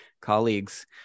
colleagues